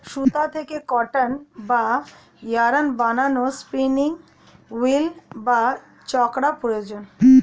সুতা থেকে কটন বা ইয়ারন্ বানানোর স্পিনিং উঈল্ বা চরকা প্রয়োজন